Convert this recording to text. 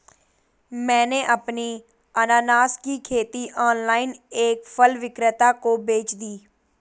मैंने अपनी अनन्नास की खेती ऑनलाइन एक फल विक्रेता को बेच दी